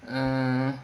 uh